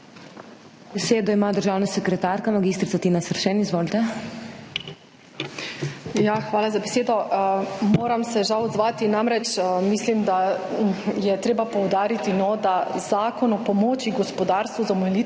hvala za besedo. Moram se žal odzvati. Namreč mislim, da je treba poudariti, da Zakon o pomoči gospodarstvu za omilitev